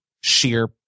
sheer